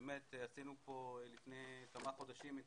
אכן קיימנו כאן לפני כמה חודשים את